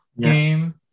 game